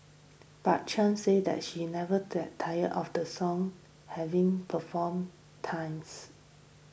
but Chan said she never gets tired of the song having performed times